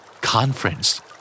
Conference